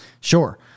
Sure